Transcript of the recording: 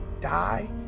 die